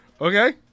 okay